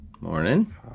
Morning